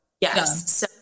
yes